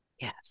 Yes